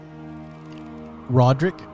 Roderick